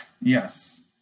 Yes